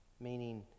Meaning